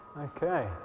Okay